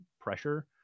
pressure